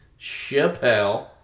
Chappelle